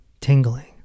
tingling